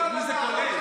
את מי זה כולל?